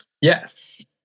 Yes